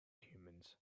humans